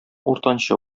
уртанчы